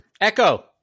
Echo